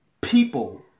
people